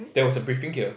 there was a briefing here